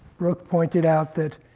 brook pointed out that,